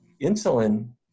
Insulin